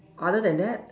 other than that